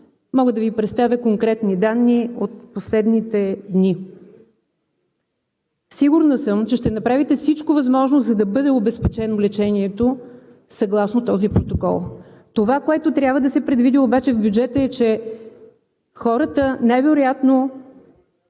мога да Ви представя конкретни данни от последните дни. Сигурна съм, че ще направите всичко възможно, за да бъде обезпечено лечението съгласно този протокол. Това, което трябва да се предвиди в бюджета обаче, е, че хората най-вероятно